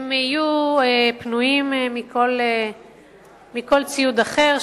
הם יהיו פנויים מכל ציוד אחר,